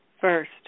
First